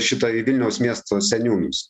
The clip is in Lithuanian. šitą į vilniaus miesto seniūnus